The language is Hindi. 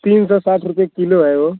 तीन सौ चार सौ रुपये किलो है वो